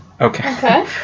Okay